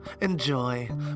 Enjoy